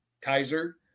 Kaiser